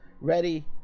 ready